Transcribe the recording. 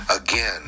again